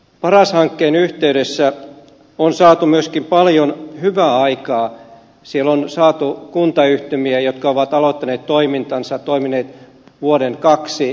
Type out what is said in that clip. paras hankkeen yhteydessä on saatu myöskin paljon hyvää aikaan siellä on saatu kuntayhtymiä jotka ovat aloittaneet toimintansa toimineet vuoden kaksi